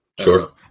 Sure